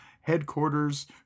headquarters